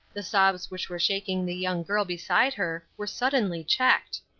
the sobs which were shaking the young girl beside her were suddenly checked.